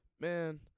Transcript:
Man